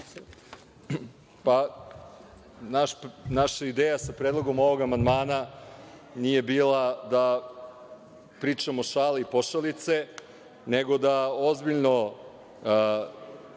Naša ideja sa predlogom ovog amandmana nije bila pričamo šale i pošalice, nego da ozbiljno